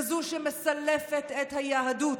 כזו שמסלפת את היהדות,